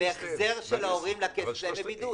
והחזר של ההורים לכסף שלהם בבידוד.